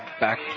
back